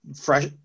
fresh